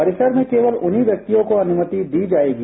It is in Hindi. परिसर में केवल उन्हीं व्यक्तियों को अनुमति दी जाएगी